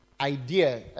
idea